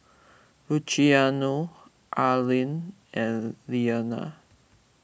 Luciano Arlen and Iyanna